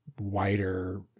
wider